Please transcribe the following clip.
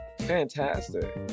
fantastic